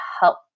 help